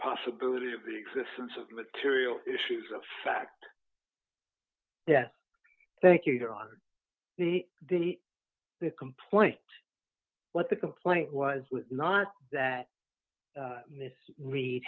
possibility of the existence of material issues of fact yes thank you there on the the the complaint what the complaint was was not that miss re